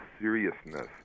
seriousness